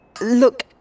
look